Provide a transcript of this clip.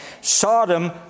Sodom